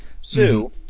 Sue